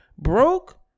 broke